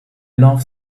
love